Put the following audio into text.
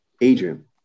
Adrian